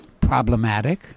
problematic